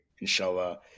inshallah